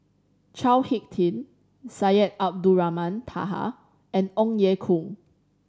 Chao Hick Tin Syed Abdulrahman Taha and Ong Ye Kung